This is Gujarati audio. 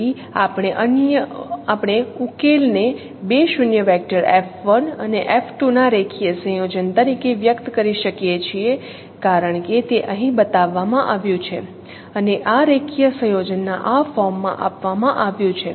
તેથી આપણે ઉકેલ ને બે શૂન્ય વેક્ટર F1 અને F2 ના રેખીય સંયોજન તરીકે વ્યક્ત કરી શકીએ છીએ કારણ કે તે અહીં બતાવવામાં આવ્યું છે અને આ રેખીય સંયોજન આ ફોર્મમાં આપવામાં આવ્યું છે